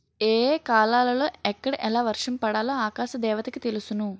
ఏ ఏ కాలాలలో ఎక్కడ ఎలా వర్షం పడాలో ఆకాశ దేవతకి తెలుసును